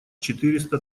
четыреста